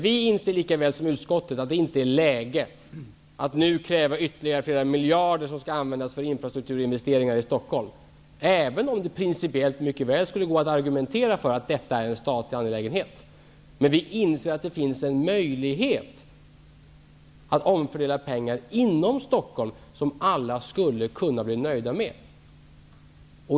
Vi inser likaväl som utskottet att det inte är läge att nu kräva ytterligare flera miljarder som skall användas för infrastrukturinvesteringar i Stockholm, även om det principiellt mycket väl skulle gå att argumentera för att detta är en statlig angelägenhet. Vi inser att det finns en möjlighet att omfördela pengar inom Stockholm som alla skulle kunna bli nöjda med.